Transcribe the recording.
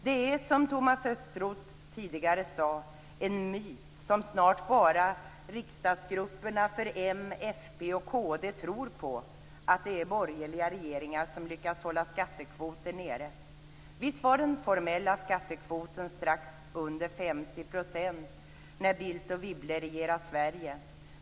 Det är en myt, som Thomas Östros tidigare sade, som snart bara riksdagsgrupperna för m, fp och kd tror på, att det är borgerliga regeringar som lyckats hålla skattekvoten nere. Visst var den formella skattekvoten strax under 50 % när Bildt och Wibble regerade Sverige.